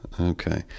Okay